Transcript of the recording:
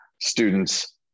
students